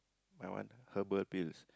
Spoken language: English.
my one herbal pills